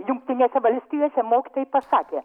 jungtinėse valstijose mokytojai pasakė